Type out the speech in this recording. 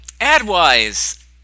ad-wise